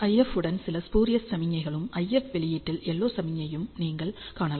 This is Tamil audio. IF உடன் சில ஸ்பூரியஸ் சமிக்ஞைகளையும் IF வெளியீட்டில் LO சமிக்ஞையையும் நீங்கள் காணலாம்